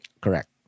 Correct